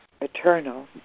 eternal